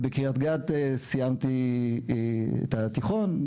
ובקריית גת סיימתי את התיכון,